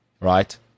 right